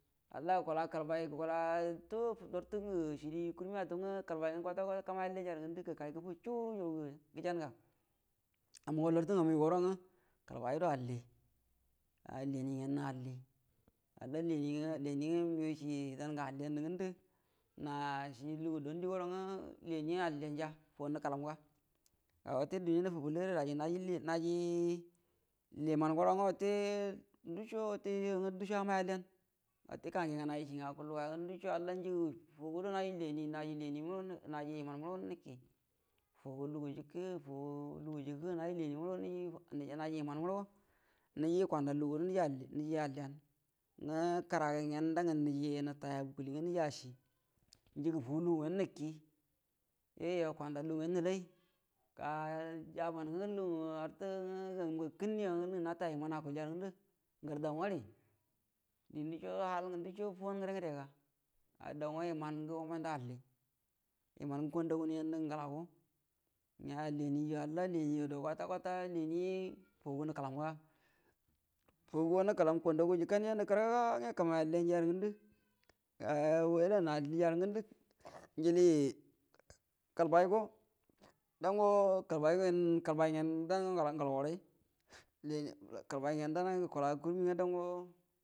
Halla gukula kəlban gukula tu’u lartəgə sidi kurm ataungwə kəlbay ngwə “kwata kwata” kamay alliyenjarə ngondu gəkay gəfu su’ugə guəro gəjanga, amma ngo lartə ngamu yu guarangwa allie, aji lenie alli halla menie ngwə məgəaw cie dan gə alliyen də ngəndu nacie lugu dandi gwarannə alliyenja fu’an nəkəlamga, ga wate duniya nəfubullay rə ada aji ngə naji yəman gwarangwə nduco wate youyu ngwə nduco hamay alliyen, wate kange ngənaycieng akuəl guoro yangwə, ya ngwə halla nji fu’agu guəro naji lenie yəman mu mu guro naki, lugu cie naji lenie, naji yeman mu guro nəji kwanda lugu guəro nəji alliyen, ngwə kəraga gyen dangə nəji natay habu kəlie dangə nəji acie njigə fu’u lugugyen naki kwanda lugu ngyen nəlay, ga jaban ngwə gundə artə ngamu ga kənnəyo ngə nata yeman akuəlja ngərə daugəri, dəngu nduco, halgu nduco fu’an ngəde ngəde da daugw yəmangə wamən də alli yeman gə kwanda gu nəjau də ngəla go ngəa lənie yo dau gwə halla alli kwata kwata lini fu’agu nəkəlam ga, fu’agu go nəkəlam kwanda agu jəkə nəjandu kargaga ngwə wedan allija rə ngəndu njulie ƙalban go dan’a ngalgoray, kəlbaygyen dan’a gukula kuruni dangwə.